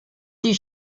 die